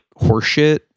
horseshit